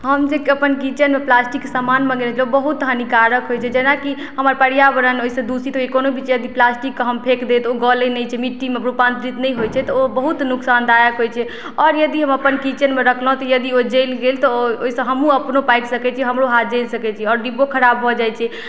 हम जे अपन किचन मे प्लास्टिक के सामान मँगेनै रहि ओ बहुत हानिकारक होइत छै जेनाकि हमर पर्यावरण ओहिसॅं दूषित होइया कोनो भी प्लास्टिक क हम फेकबै ओ गलै नहि छै मिट्टीमे रूपांतरित नहि होइ छै तऽ ओ बहुत नुकसानदायक होइत छै आओर यदि हम अपन किचन मे रखलहुँ तऽ यदि ओ जलि गेल तऽ ओहिसँ हमहुँ अपनों पाकि सकैत छी हमरो हाथ जलि सकैत छै आओर डिब्बों खराब भऽ जाइत छै